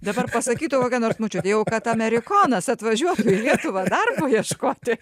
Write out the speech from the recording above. dabar pasakytų kokia nors močiutė jau kad amerikonas atvažiuotų į lietuvą darbo ieškoti